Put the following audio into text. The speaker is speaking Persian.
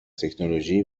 تکنولوژی